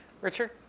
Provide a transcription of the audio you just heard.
Richard